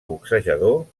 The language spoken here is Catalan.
boxejador